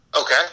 Okay